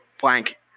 blank